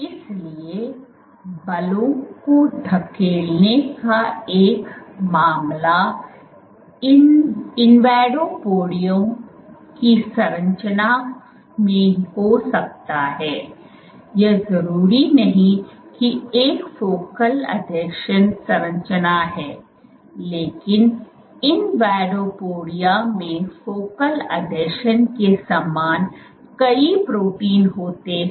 इसलिए बलों को धकेलने का एक मामला इन्वाडोपोडिया की संरचना में हो सकता है यह जरूरी नहीं कि एक फोकल आसंजन संरचना है लेकिन इन्वाडोपोडिया में फोकल आसंजन के समान कई प्रोटीन होते हैं